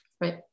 Right